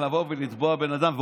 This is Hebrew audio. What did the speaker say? לתבוע בן אדם.